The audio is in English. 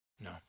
No